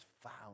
found